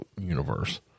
universe